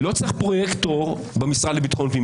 לא צריך פרויקטור במשרד לביטחון פנים.